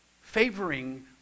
favoring